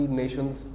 nations